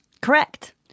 Correct